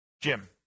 Jim